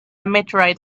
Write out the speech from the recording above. meteorite